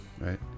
right